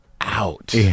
out